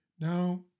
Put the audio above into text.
Now